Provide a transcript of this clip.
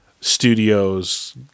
studios